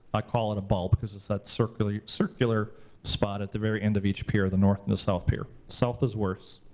i call it a bulb, because it's that circular circular spot at the very end of each pier, the north and the south pier. south is worse.